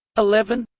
eleven